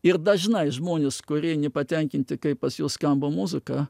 ir dažnai žmonės kurie nepatenkinti kaip pas juos skamba muzika